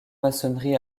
maçonnerie